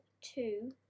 two